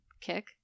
kick